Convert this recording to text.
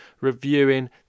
reviewing